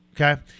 okay